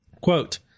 Quote